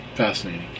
fascinating